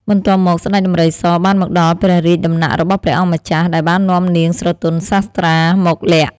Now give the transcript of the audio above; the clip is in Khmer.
បន្ទាប់មក ស្តេចដំរីសបានមកដល់ព្រះរាជដំណាក់របស់ព្រះអង្គម្ចាស់ ដែលបាននាំនាងស្រទន់សាស្ត្រាមកលាក់ ។